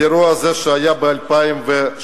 על האירוע הזה, שהיה בשנת 2007,